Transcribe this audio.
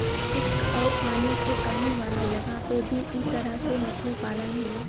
शुष्क आउर पानी के कमी वाला जगह पे भी इ तरह से मछली पालन होला